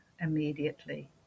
immediately